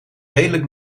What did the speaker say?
redelijk